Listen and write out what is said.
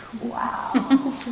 Wow